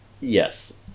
Yes